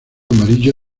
amarillo